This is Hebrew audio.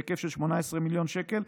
בהיקף של 18 מיליון שקל,